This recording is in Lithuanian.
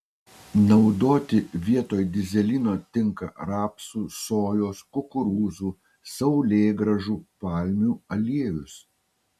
naudoti vietoj dyzelino tinka rapsų sojos kukurūzų saulėgrąžų palmių aliejus